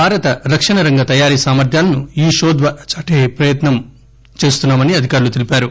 భారత రక్షణ రంగ తయారీ సామర్ద్యాలను ఈ షో ద్వారా చాటిచెప్పే ప్రయత్నం చేస్తున్నామని అధికారులు తెలిపారు